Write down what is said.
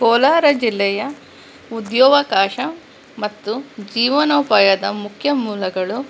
ಕೋಲಾರ ಜಿಲ್ಲೆಯ ಉದ್ಯೋವಕಾಶ ಮತ್ತು ಜೀವನೋಪಾಯದ ಮುಖ್ಯ ಮೂಲಗಳು